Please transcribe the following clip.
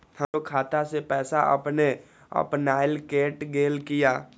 हमरो खाता से पैसा अपने अपनायल केट गेल किया?